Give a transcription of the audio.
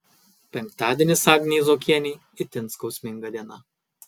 penktadienis agnei zuokienei itin skausminga diena